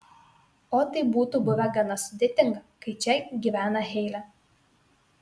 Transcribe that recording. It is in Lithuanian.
o tai būtų buvę gana sudėtinga kai čia gyvena heilė